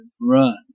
run